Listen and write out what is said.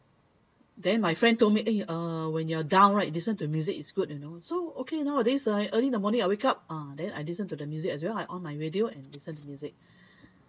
ya then my friend told me eh uh when you're down right listen to music it's good you know so okay nowadays I early in the morning I wake up ah then I listen to the music as well I on my radio and listen to music